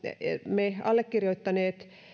me allekirjoittaneet